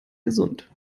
gesund